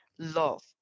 love